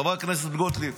חברת הכנסת גוטליב,